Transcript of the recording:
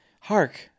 hark